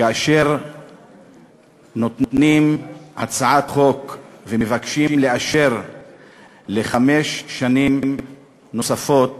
כאשר נותנים הצעת חוק ומבקשים לאשר חמש שנים נוספות